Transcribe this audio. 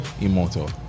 Immortal